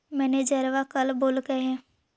मैनेजरवा कल बोलैलके है?